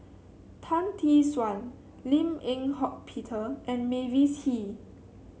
Tan Tee Suan Lim Eng Hock Peter and Mavis Hee